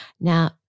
Now